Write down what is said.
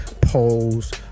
polls